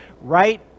right